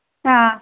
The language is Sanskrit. हा